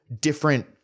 different